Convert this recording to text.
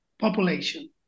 population